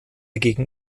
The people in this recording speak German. gegen